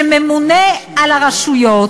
שממונה על הרשויות.